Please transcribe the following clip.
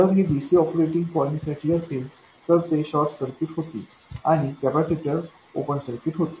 जर हे dc operating पॉईंटसाठी असेल तर ते शॉर्ट सर्किट होतील आणि कॅपेसिटर ओपन सर्किट होतील